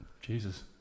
Jesus